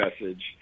message